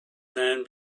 man